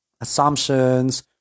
assumptions